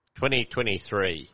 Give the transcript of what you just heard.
2023